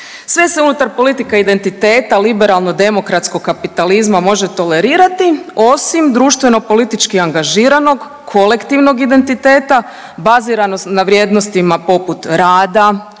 Sve se unutar politika identiteta liberalno demokratskog kapitalizma može tolerirati osim društveno politički angažiranog, kolektivnog identiteta, baziranost na vrijednostima poput rada,